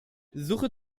suche